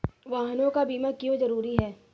वाहनों का बीमा क्यो जरूरी है?